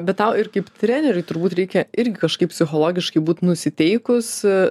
bet tau ir kaip treneriui turbūt reikia irgi kažkaip psichologiškai būt nusiteikus